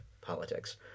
politics